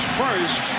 first